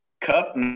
Cup